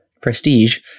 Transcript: prestige